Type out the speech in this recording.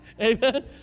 Amen